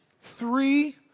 three